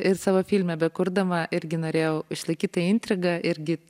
ir savo filme bekurdama irgi norėjau išlaikyt tą intrigą irgi